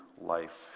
life